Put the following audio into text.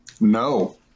No